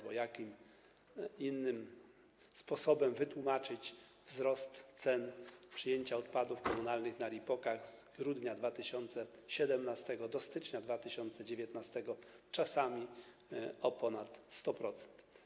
Bo jakim innym sposobem wytłumaczyć wzrost cen przyjęcia odpadów komunalnych w RIPOK-ach od grudnia 2017 r. do stycznia 2019 r. czasami o ponad 100%.